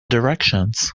directions